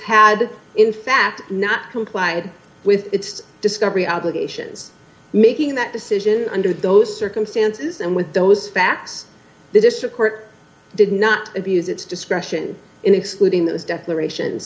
had in fact not complied with its discovery obligations making that decision under those circumstances and with those facts the district court did not abuse its discretion in excluding those declaration